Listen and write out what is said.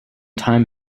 time